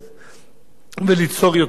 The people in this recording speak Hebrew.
וליצור יותר נגישות